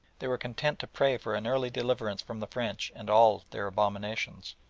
they were content to pray for an early deliverance from the french and all their abominations.